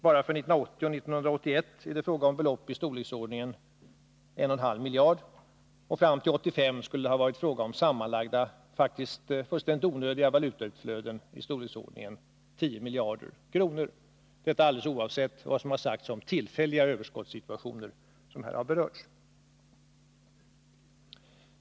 Bara för 1980 och 1981 är det fråga om belopp i storleksordningen 1,5 miljarder, och fram till 1985 skulle det ha varit fråga om sammanlagda, faktiskt fullständigt onödiga valutautflöden i storleksordningen 10 miljarder kronor — detta alldeles oavsett de tillfälliga elöverskottssituationer som tidigare har berörts.